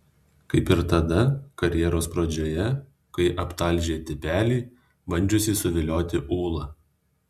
kaip ir tada karjeros pradžioje kai aptalžė tipelį bandžiusį suvilioti ūlą